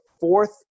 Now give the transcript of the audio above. fourth